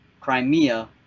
Crimea